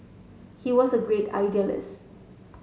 he was a great idealist